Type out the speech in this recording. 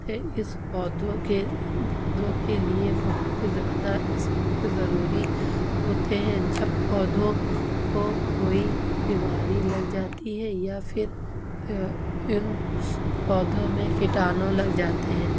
اس پودوں کے دھوں کے لیے بہت زیادہ اس وقت ضروری ہوتے ہیں جب پودوں کو کوئی بیماری لگ جاتی ہے یا پھر ان پودوں میں کٹانو لگ جاتے ہیں